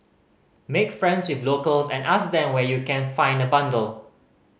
make friends with locals and ask than where you can find a bundle